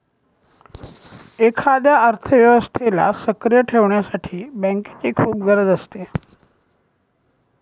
एखाद्या अर्थव्यवस्थेला सक्रिय ठेवण्यासाठी बँकेची खूप गरज असते